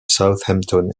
southampton